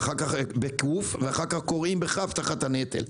ואחר כך כורעים תחת הנטל.